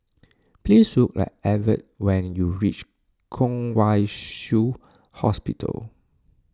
please look for Evertt when you reach Kwong Wai Shiu Hospital